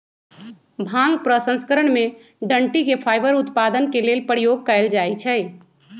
भांग प्रसंस्करण में डनटी के फाइबर उत्पादन के लेल प्रयोग कयल जाइ छइ